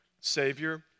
Savior